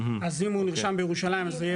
אז אם הוא נרשם בירושלים אז זה יהיה